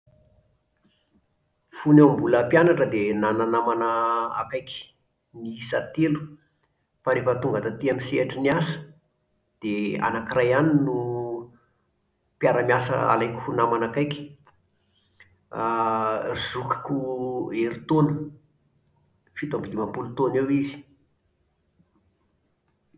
Fony aho mbola mpianatra dia nanana namana akaiky niisa telo. Fa rehefa tonga taty amin'ny sehatry ny asa dia anankiray ihany no mpiaramiasa alaiko ho namana akaiky. Aa zokiko herintaona, fito amby dimampolo taona eo izy